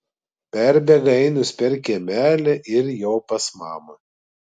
perbėga ainius per kiemelį ir jau pas mamą